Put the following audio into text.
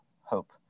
hope